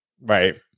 Right